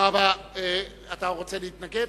אתה רוצה להתנגד?